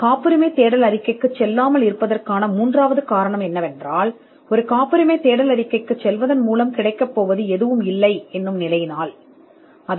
காப்புரிமை தேடல் அறிக்கைக்கு நீங்கள் செல்லாத மூன்றாவது காரணம் காப்புரிமை தேடல் அறிக்கையை உருவாக்குவதன் மூலம் எதையும் அடைய முடியாது